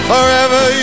Forever